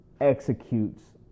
executes